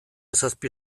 zazpi